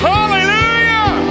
Hallelujah